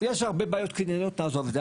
יש הרבה בעיות קנייניות, תעזוב את זה.